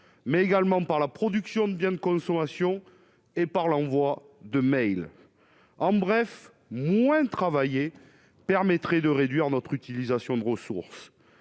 mais également par la production de biens de consommation et par l'envoi de mails en bref moins travailler permettrait de réduire notre utilisation de ressources,